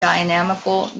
dynamical